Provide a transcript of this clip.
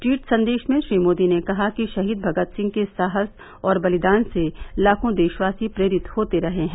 tweet संदेश में श्री मोदी ने कहा कि शहीद भगत सिंह के साहस और बलिदान से लाखों देशवासी प्रेरित होते रहे हैं